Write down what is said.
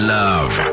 love